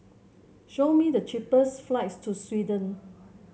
show me the cheapest flights to Sweden